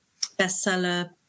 bestseller